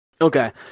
Okay